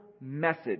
message